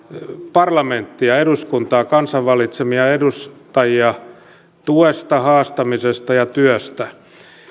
parlamenttia eduskuntaa kansan valitsemia edustajia tuesta haastamisesta ja työstä